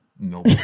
Nope